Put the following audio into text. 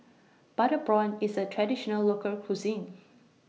Butter Prawn IS A Traditional Local Cuisine